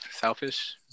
selfish